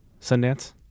sundance